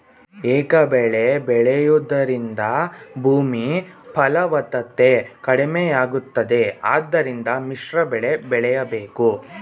ಏಕಬೆಳೆ ಬೆಳೆಯೂದರಿಂದ ಭೂಮಿ ಫಲವತ್ತತೆ ಕಡಿಮೆಯಾಗುತ್ತದೆ ಆದ್ದರಿಂದ ಮಿಶ್ರಬೆಳೆ ಬೆಳೆಯಬೇಕು